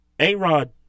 A-Rod